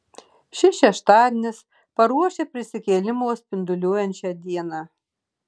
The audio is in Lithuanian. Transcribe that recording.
šis šeštadienis paruošia prisikėlimo spinduliuojančią dieną